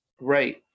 Right